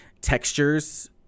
textures –